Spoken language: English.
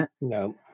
No